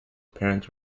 parents